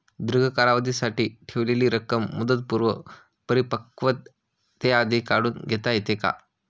दीर्घ कालावधीसाठी ठेवलेली रक्कम मुदतपूर्व परिपक्वतेआधी काढून घेता येते का?